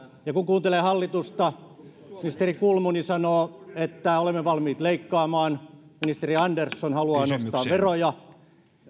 ja kun kuuntelee hallitusta ministeri kulmuni sanoo että olemme valmiita leikkaamaan ministeri andersson haluaa nostaa veroja